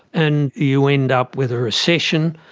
and you end up with a recession.